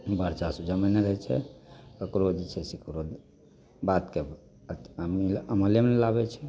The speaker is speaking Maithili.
बार्ता से जमीन लै छै ककरो जे छै से कोनो बातके अमल अमलेमे नहि लाबैत छै